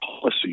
policy